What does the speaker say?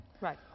Right